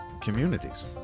communities